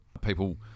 people